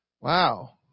Wow